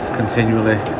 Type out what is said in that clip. continually